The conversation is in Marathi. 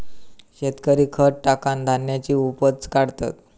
शेतकरी खत टाकान धान्याची उपज काढतत